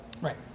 Right